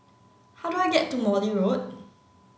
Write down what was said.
how do I get to Morley Road